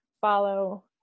follow